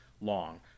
long